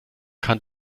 kann